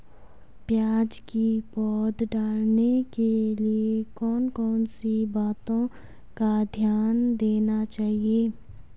प्याज़ की पौध डालने के लिए कौन कौन सी बातों का ध्यान देना चाहिए?